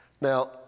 Now